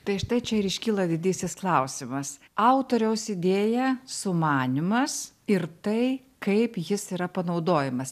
tai štai čia ir iškyla didysis klausimas autoriaus idėja sumanymas ir tai kaip jis yra panaudojamas